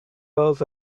girls